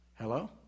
Hello